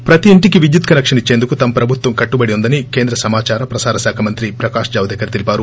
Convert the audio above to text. ప్రతి ఇంటికి విద్యుత్ కనెక్షన్ ఇచ్చేందుకు తమ ప్రభుత్వం కట్టుబడి ఉందని కేంద్ర సమాచార ప్రసార శాఖ మంత్రి ప్రకాష్ జవదేకర్ తెలిపారు